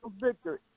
victory